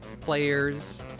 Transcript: players